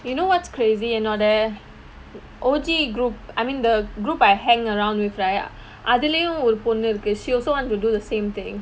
you know what's crazy என்னோட:ennoda O_G group I mean the group I hang around with அதுலயும் ஒரு பொண்ணு இருக்கு:athulaiyum oru ponnu irukku she also want to do the same thing